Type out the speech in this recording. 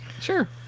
Sure